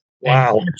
Wow